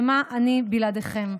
מה אני בלעדיכם.